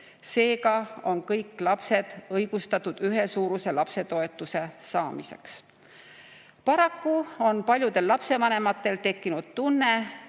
Seega on kõik lapsed õigustatud ühesuuruse lapsetoetuse saamiseks. Paraku on paljudel lapsevanematel tekkinud tunne,